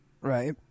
Right